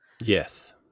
Yes